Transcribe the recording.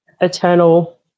eternal